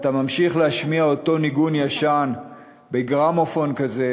ממשיך להשמיע אותו ניגון ישן בגרמופון כזה,